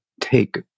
take